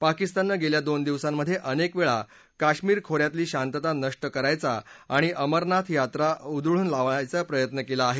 पाकिस्ताननं गेल्या दोन दिवसांमधे अनेकवेळा काश्मीर खो यातली शांतता नष्ट करायचा आणि अमरनाथ यात्रा उधळून लावायचा प्रयत्न केला आहे